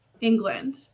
england